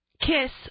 Kiss